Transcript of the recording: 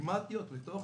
פרגמטיות מתוך